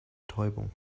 betäubung